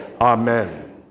amen